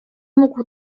mógł